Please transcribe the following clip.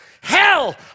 hell